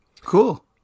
Cool